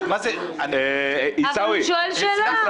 אבל הוא שואל שאלה.